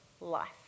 life